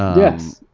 yes.